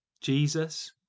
Jesus